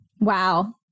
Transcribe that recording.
Wow